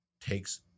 takes